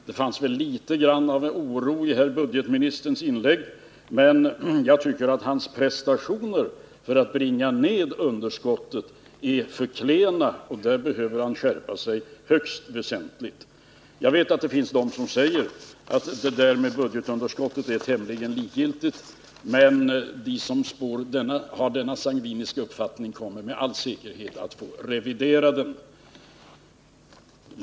Det finns litet oro också i herr budgetministerns inlägg, men jag tycker att hans prestationer för att bringa ned underskottet är för klena. Där behöver han skärpa sig högst väsentligt. Jag vet att det finns de som säger att detta med budgetunderskott är tämligen likgiltigt. Men de som har denna sangviniska uppfattning kommer med all säkerhet att få revidera den.